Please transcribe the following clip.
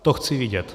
To chci vidět.